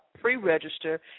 pre-register